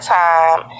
time